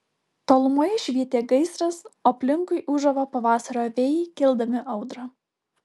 tolumoje švietė gaisras o aplinkui ūžavo pavasario vėjai keldami audrą